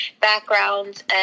backgrounds